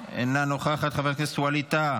אינה נוכחת, חבר הכנסת ווליד טאהא,